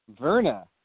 Verna